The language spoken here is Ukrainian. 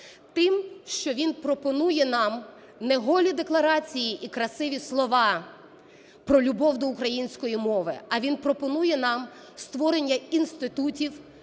Тим, що він пропонує нам не голі декларації і красиві слова про любов до української мови, а він пропонує нам створення інститутів,